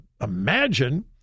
imagine